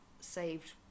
saved